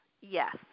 Yes